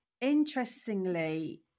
interestingly